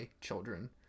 Children